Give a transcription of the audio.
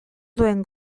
duen